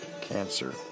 Cancer